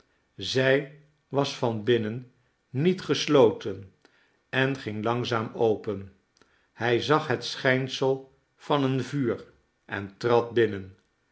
zij was van binnen niet gesloten en ging langzaam open hij zag het schijnsel van een vuur en trad binnen